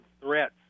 threats